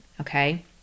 okay